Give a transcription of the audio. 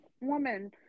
woman